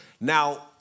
Now